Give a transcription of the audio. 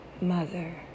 mother